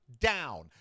down